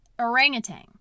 orangutan